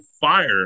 fire